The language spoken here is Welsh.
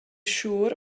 siŵr